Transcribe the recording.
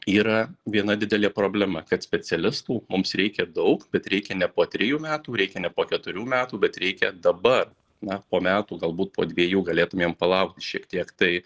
yra viena didelė problema kad specialistų mums reikia daug bet reikia ne po trijų metų reikia ne po keturių metų bet reikia dabar na po metų galbūt po dviejų galėtumėm palaukti šiek tiek tai